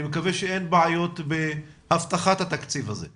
מקווה שאין בעיות בהבטחת התקציב הזה.